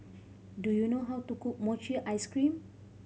do you know how to cook mochi ice cream